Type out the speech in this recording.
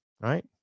right